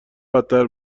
بدتر